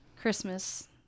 Christmas